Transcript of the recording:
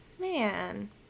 man